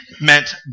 meant